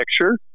picture